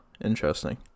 Interesting